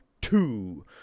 two